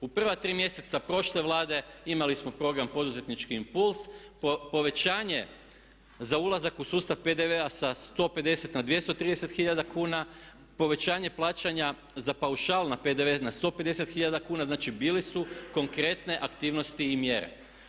U prva tri mjeseca prošle Vlade imali smo program poduzetnički impuls, povećanje za ulazak u sustav PDV-a sa 150 na 230 hiljada kuna, povećanja plaćanja za paušal na PDV na 150 hiljada kuna, znači bile su konkretne aktivnosti i mjere.